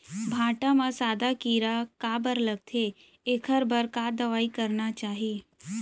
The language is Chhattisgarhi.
भांटा म सादा कीरा काबर लगथे एखर बर का दवई करना चाही?